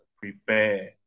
prepare